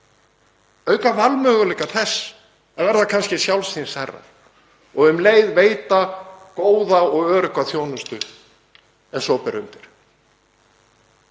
auka valmöguleika þessa fólks á að verða kannski sjálfs síns herra og um leið veita góða og örugga þjónustu ef svo ber undir.